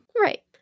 Right